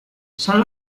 son